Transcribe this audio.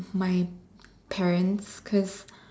my parents cause